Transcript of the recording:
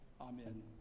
Amen